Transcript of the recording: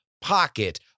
pocket